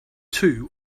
two